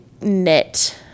knit